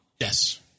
Yes